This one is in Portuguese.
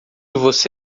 você